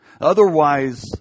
Otherwise